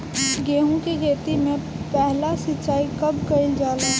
गेहू के खेती मे पहला सिंचाई कब कईल जाला?